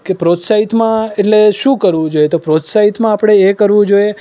કે પ્રોત્સાહિતમાં એટલે શું કરવું જોઈએ તો પ્રોત્સાહિતમાં આપણે એ કરવું જોઈએ